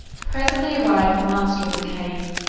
presently arrived the master of the cave,